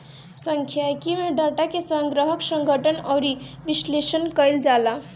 सांख्यिकी में डाटा के संग्रहण, संगठन अउरी विश्लेषण कईल जाला